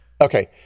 Okay